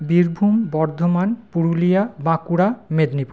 Birbhum Bardhaman Purulia Bankura Medinipur